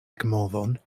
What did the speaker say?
ekmovon